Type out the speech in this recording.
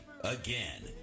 Again